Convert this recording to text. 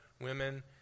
women